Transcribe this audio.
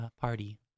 party